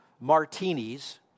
martinis